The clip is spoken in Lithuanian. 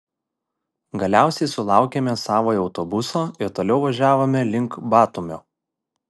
galiausiai sulaukėme savojo autobuso ir toliau važiavome link batumio